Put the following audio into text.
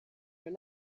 your